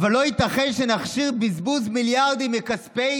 אבל לא ייתכן שנכשיר בזבוז מיליארדים מכספי